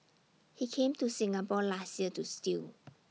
he came to Singapore last year to steal